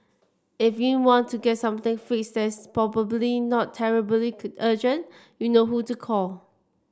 if you want to get something fixed that is probably not terribly urgent you know who to call